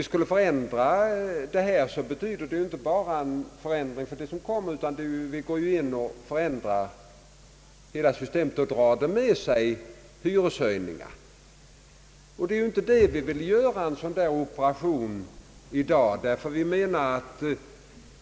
En annan konsekvens är att det inte bara blir en förändring i kommande byggande, utan en förändring av hela systemet som drar med sig hyreshöjningar. En sådan operation vill vi inte göra i dag.